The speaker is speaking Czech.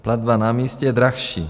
Platba na místě je dražší.